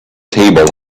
table